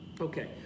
Okay